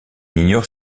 ignore